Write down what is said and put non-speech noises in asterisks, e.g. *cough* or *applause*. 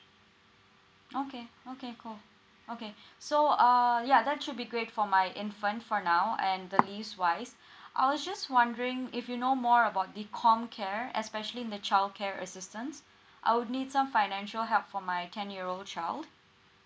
okay okay cool okay *breath* so uh ya that should be great for my infant for now and the leaves wise *breath* I was just wondering if you know more about the comcare especially in the childcare assistance I would need some financial help for my ten year old child